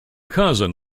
cousin